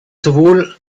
sowohl